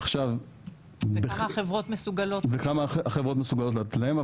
וכמה החברות מסוגלות לתת להם.